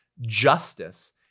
justice